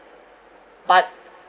but